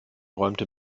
räumte